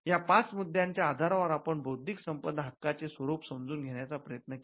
या पाच मुद्द्यांच्या आधारावर आपण बौद्धिक संपदा हक्काचे स्वरूप समजून घेण्याचा प्रयत्न केला